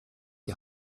die